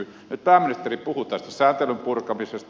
nyt pääministeri puhui tästä sääntelyn purkamisesta